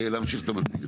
להמשיך את המצגת